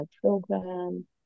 program